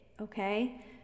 okay